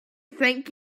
think